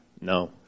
No